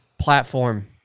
platform